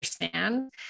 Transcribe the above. understand